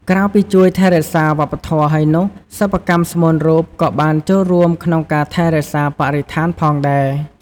ក្រៅពីជួយថែរក្សាវប្បធម៏ហើយនោះសិប្បកម្មស្មូនរូបក៏បានចូលរួមក្នុងការថែរក្សាបរិស្ថានផងដែរ។